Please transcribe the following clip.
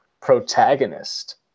protagonist